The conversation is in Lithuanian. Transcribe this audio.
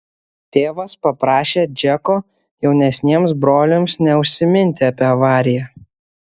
tėvas paprašė džeko jaunesniems broliams neužsiminti apie avariją